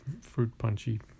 fruit-punchy